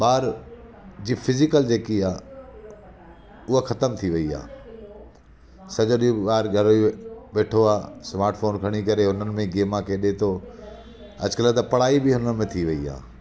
ॿार जी फिज़िकल जेकी आहे उहा ख़तम थी वई आहे सॼो ॾींहुं ॿारु घरु ई वेठो आहे स्माटफोन खणी करे उन्हनि मां ई गेम खेॾे थो अॼुकल्ह त पढ़ाई बि हुननि में ई थी वई आहे